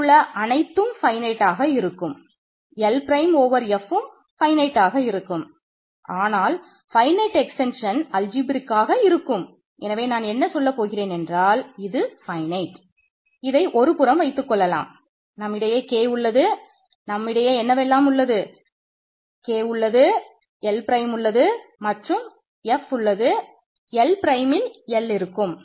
இதே மாதிரி a1ம் அல்ஜிப்ரேக் இருக்கும்